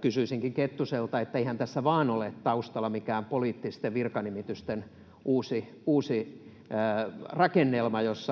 Kysyisinkin Kettuselta: eihän tässä vain ole taustalla mikään poliittisten virkanimitysten uusi rakennelma, [Tuomas